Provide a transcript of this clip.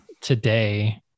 today